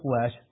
flesh